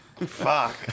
Fuck